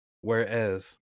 Whereas